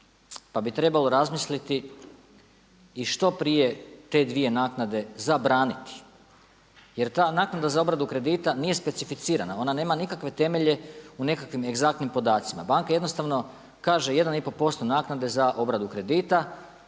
Pa bi trebalo razmisliti i što prije te dvije naknade zabraniti. Jer ta naknada za obradu kredita nije specificirana, ona nema nikakve temelje u nekakvim egzaktnim podacima. Banka jednostavno kaže 1,5% naknade za obradu kredita